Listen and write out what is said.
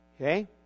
Okay